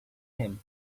him